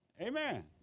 Amen